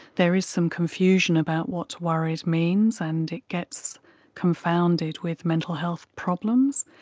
there is some confusion about what worried means, and it gets confounded with mental health problems,